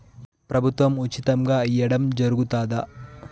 ప్రభుత్వం ఉచితంగా ఇయ్యడం జరుగుతాదా?